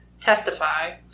testify